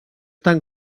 tan